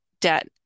debt